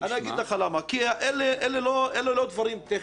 כי אלה לא דברים טכניים.